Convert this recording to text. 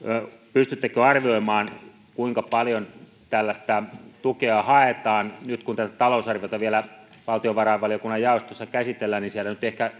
pystyttekö arvioimaan kuinka paljon tällaista tukea haetaan nyt kun tätä talousarviota vielä valtiovarainvaliokunnan jaostossa käsitellään niin siellä nyt ehkä